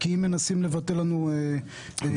אם מנסים לבטל לנו -- ביטלו.